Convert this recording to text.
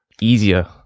easier